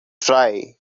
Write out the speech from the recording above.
try